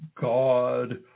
God